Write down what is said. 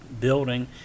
building